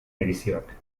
edizioak